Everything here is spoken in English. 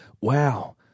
wow